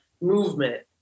movement